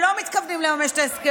ואם אתם לא מתכוונים לממש את ההסכמים,